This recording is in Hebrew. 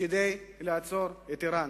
כדי לעצור את אירן,